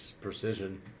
precision